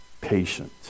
patient